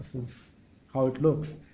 sort of how it looks.